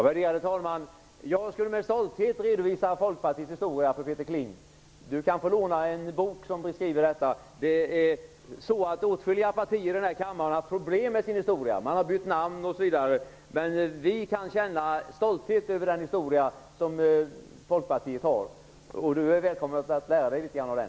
Värderade talman! Jag skulle med stolthet redovisa Folkpartiets historia för Peter Kling. Han kan få låna en bok som beskriver detta. Åtskilliga partier i den här kammaren har haft problem med sin historia -- man har bytt namn, osv. -- men vi kan känna stolthet över den historia som Folkpartiet har. Peter Kling är välkommen att lära sig litet grand av den.